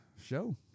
show